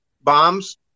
bombs